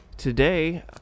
Today